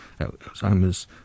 Alzheimer's